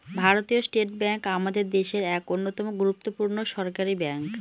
ভারতীয় state bank আমাদের দেশের এক অন্যতম গুরুত্বপূর্ণ সরকারি ব্যাঙ্ক